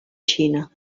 xina